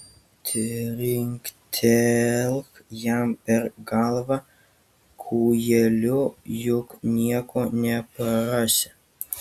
trinktelk jam per galvą kūjeliu juk nieko neprarasi